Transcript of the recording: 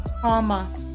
trauma